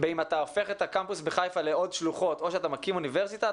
בשאלה אם להפוך את הקמפוס בחיפה לעוד שלוחות או להקים אוניברסיטה,